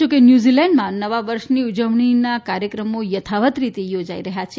જો કે ન્યૂઝીલેન્ડમાં નવા વર્ષની ઉજવણી કાર્યક્રમો યથાવત રીતે યોજાઇ રહ્યા છે